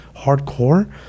hardcore